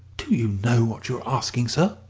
do you know what you're asking, sir?